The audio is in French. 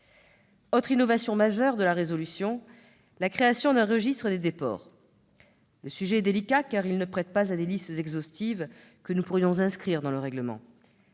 Autre innovation majeure de la proposition de résolution, la création d'un registre des déports. Le sujet est délicat, car il ne prête pas à l'établissement de listes exhaustives que nous pourrions inscrire dans le règlement.